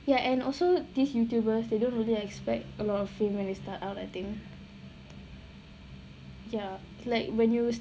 ya and also these youtubers they don't really expect a lot of fame when they start out I think ya like when you